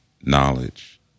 knowledge